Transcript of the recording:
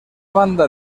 banda